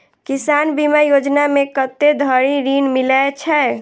किसान बीमा योजना मे कत्ते धरि ऋण मिलय छै?